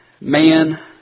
man